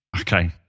Okay